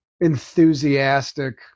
enthusiastic